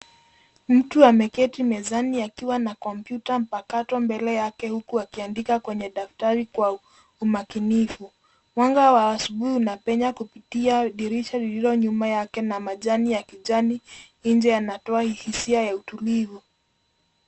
Mtu ameketi mezani akiwa na kompyuta mpakato mbele yake huku akiandika kwenye daftari kwa umakinifu . Mwanga wa asubuhi unapenya kupitia dirisha lililo nyuma yake na majani ya kijani nje yanatoa hisia ya utulivu.